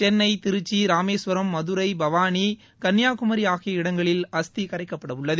சென்னை திருச்சி ராமேஸ்வரம் மதுரை பவானி கன்னியாகுமரி ஆகிய இடங்களில் அஸ்தி கரைக்கப்படவுள்ளது